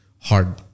hard